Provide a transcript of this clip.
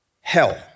hell